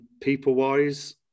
People-wise